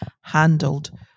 handled